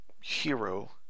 hero